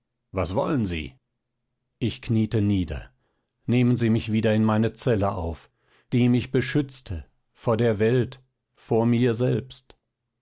was wollen sie ich kniete nieder nehmen sie mich wieder in meine zelle auf die mich beschützte vor der welt vor mir selbst